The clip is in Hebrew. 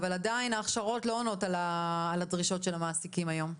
אבל עדיין ההכשרות לא עונות על הדרישות של המעסיקים היום.